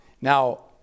now